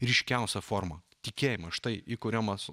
ryškiausią formą tikėjimą štai įkuriamas